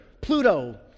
Pluto